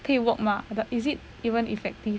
可以 work mah but is it even effective